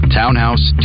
townhouse